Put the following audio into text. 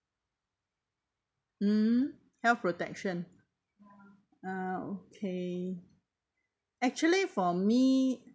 mm health protection uh okay actually for me